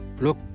Look